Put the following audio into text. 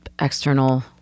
external